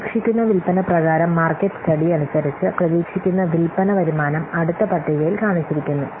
പ്രതീക്ഷിക്കുന്ന വിൽപന പ്രകാരം മാര്ക്കറ്റ് സ്റ്റഡി അനുസരിച്ച് പ്രതീക്ഷിക്കുന്ന വിൽപ്പന വരുമാനം അടുത്ത പട്ടികയില് കാണിച്ചിരിക്കുന്നു